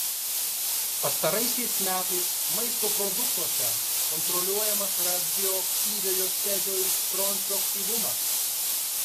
pastaraisiais metais maisto produktuose kontroliuojamas radioaktyviojo cezio ir stroncio aktyvumas